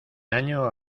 año